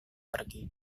pergi